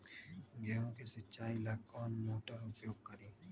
गेंहू के सिंचाई ला कौन मोटर उपयोग करी?